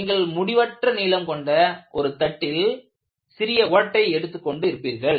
நீங்கள் முடிவற்ற நீளம் கொண்ட ஒரு தட்டில் சிறிய ஓட்டையை எடுத்துக் கொண்டு இருப்பீர்கள்